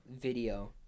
video